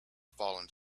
falling